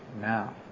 now